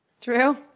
True